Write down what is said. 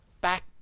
back